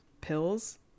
pills